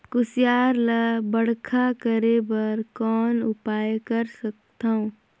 कुसियार ल बड़खा करे बर कौन उपाय कर सकथव?